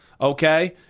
okay